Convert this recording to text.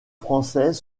français